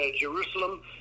Jerusalem